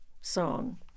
song